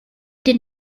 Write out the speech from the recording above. did